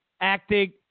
acting